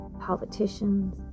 politicians